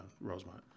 Rosemont